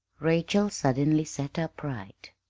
rachel suddenly sat upright.